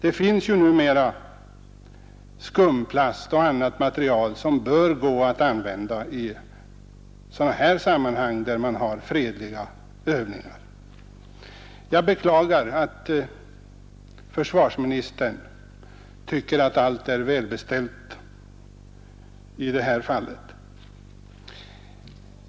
Det finns numera skumplast och annat material som bör gå att använda i sådana här sammanhang när man genomför fredliga övningar. Jag beklagar att försvarsministern tycker att allt är välbeställt.